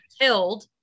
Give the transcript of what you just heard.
killed